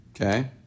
Okay